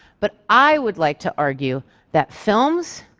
but i would like to argue that films,